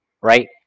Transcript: right